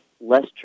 less